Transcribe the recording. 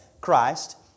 Christ